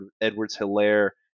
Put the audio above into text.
Edwards-Hilaire